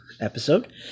episode